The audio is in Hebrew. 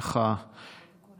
קודם